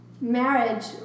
marriage